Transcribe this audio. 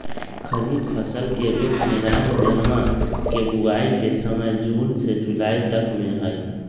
खरीफ फसल के रूप में रामदनवा के बुवाई के समय जून से जुलाई तक में हई